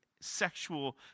sexual